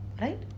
Right